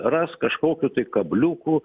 ras kažkokių tai kabliukų